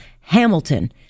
Hamilton